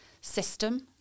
system